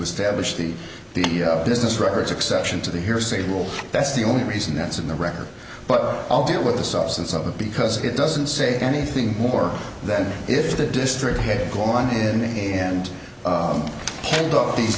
establish the the business records exception to the hearsay rule that's the only reason that's in the record but i'll deal with the substance of it because it doesn't say anything more than if the district head gone in and